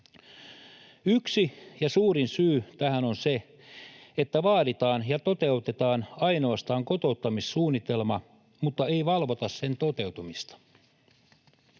Yksi, ja suurin, syy tähän on se, että vaaditaan ja toteutetaan ainoastaan kotouttamissuunnitelma, mutta ei valvota sen toteutumista.